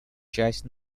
часть